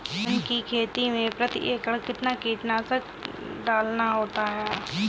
धान की खेती में प्रति एकड़ कितना कीटनाशक डालना होता है?